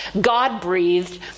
God-breathed